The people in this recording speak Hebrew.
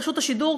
רשות השידור,